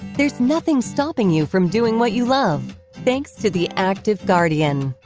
there's nothing stopping you from doing what you love thanks to the active guardian.